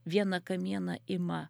vieną kamieną ima